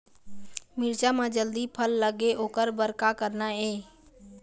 मिरचा म जल्दी फल लगे ओकर बर का करना ये?